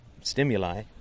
stimuli